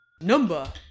Number